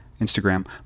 Instagram